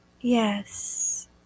Yes